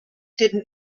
didn’t